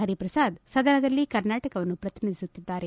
ಪರಿಪ್ರಸಾದ್ ಸದನದಲ್ಲಿ ಕರ್ನಾಟಕವನ್ನು ಪ್ರತಿನಿಧಿಸುತ್ತಿದ್ದಾರೆ